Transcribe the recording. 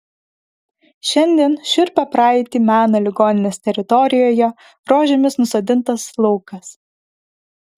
šiandien šiurpią praeitį mena ligoninės teritorijoje rožėmis nusodintas laukas